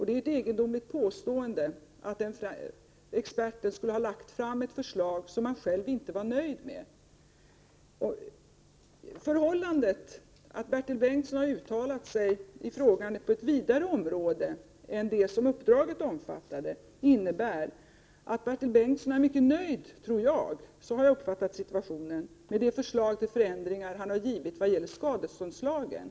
Det är ett egendomligt påstående att en expert skulle ha lagt fram ett förslag som han själv inte var nöjd med. Det förhållandet att Bertil Bengtsson har uttalat sig i frågan på ett vidare område än det som uppdraget omfattade, innebär att han är mycket nöjd — så har jag uppfattat det — med det förslag till förändringar som han har lagt fram när det gäller skadeståndslagen.